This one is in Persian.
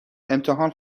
امتحان